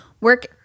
work